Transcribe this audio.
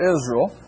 Israel